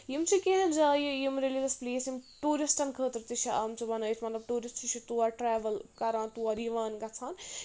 یِم چھِ کیٚنٛہہ جایہِ یِم ریلِجَس پٕلیس یِم ٹیوٗرِسٹَن خٲطرٕ تہِ چھِ آمژٕ بنٲیِتھ مطلب ٹوٗرِسٹ چھِ تور ٹریوٕل کران تور یِوان گژھان